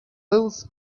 else